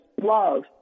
love